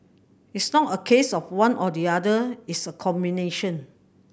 it's not a case of one or the other it's a combination